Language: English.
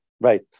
Right